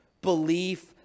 Belief